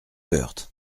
woerth